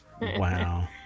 Wow